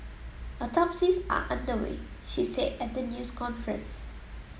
autopsies are under way she said at the news conference